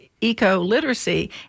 eco-literacy